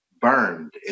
burned